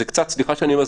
סליחה שאני אומר,